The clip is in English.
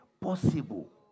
possible